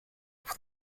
off